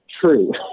true